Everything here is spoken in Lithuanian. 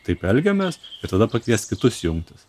taip elgiamės ir tada pakviesk kitus jungtis